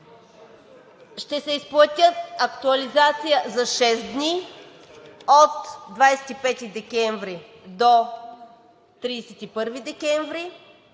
ще се изплати актуализация за шест дни – от 25 декември до 31 декември,